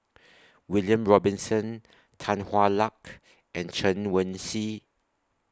William Robinson Tan Hwa Luck and Chen Wen Hsi